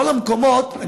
בכל המקומות,